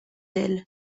elle